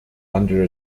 under